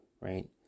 right